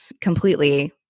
completely